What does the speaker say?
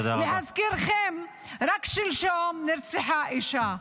להזכירכם, רק שלשום נרצחה אישה.